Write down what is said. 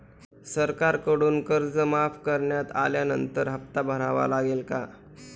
सरकारकडून कर्ज माफ करण्यात आल्यानंतर हप्ता भरावा लागेल का?